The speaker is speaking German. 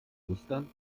mustern